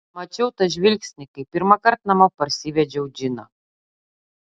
mačiau tą žvilgsnį kai pirmą kartą namo parsivedžiau džiną